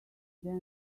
there